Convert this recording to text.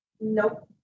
Nope